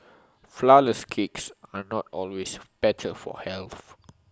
Flourless Cakes are not always better for health